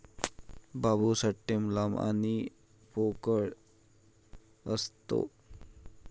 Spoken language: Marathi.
बांबू स्टेम लांब आणि पोकळ असते